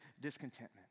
discontentment